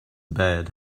bed